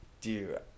dude